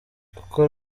gukora